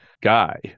guy